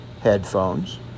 headphones